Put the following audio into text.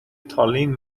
تالین